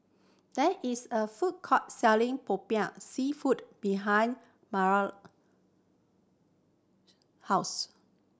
there is a food court selling Popiah Seafood behind house